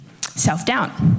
self-doubt